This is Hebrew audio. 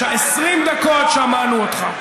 20 דקות שמענו אותך.